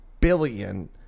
billion